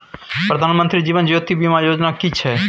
प्रधानमंत्री जीवन ज्योति बीमा योजना कि छिए?